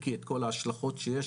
מיקי את כל ההשלכות שיש,